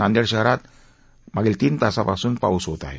नांदेड शहरात मापील तीन तासांपासून पाऊस होत आहे